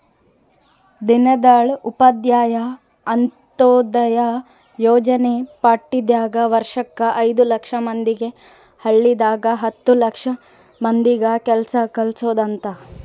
ದೀನ್ದಯಾಳ್ ಉಪಾಧ್ಯಾಯ ಅಂತ್ಯೋದಯ ಯೋಜನೆ ಪ್ಯಾಟಿದಾಗ ವರ್ಷಕ್ ಐದು ಲಕ್ಷ ಮಂದಿಗೆ ಹಳ್ಳಿದಾಗ ಹತ್ತು ಲಕ್ಷ ಮಂದಿಗ ಕೆಲ್ಸ ಕಲ್ಸೊದ್ ಅಂತ